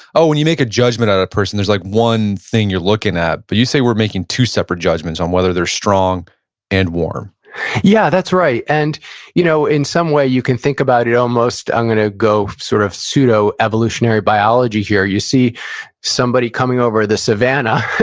oh, when you make a judgment on a person, there's like one thing you're looking at. but you say, we're making two separate judgments on whether they're strong and warm yeah, that's right. and you know in some way, you can think about it almost, i'm going to go sort of pseudo-evolutionary biology here. you see somebody coming over the savanna,